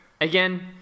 again